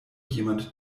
jemand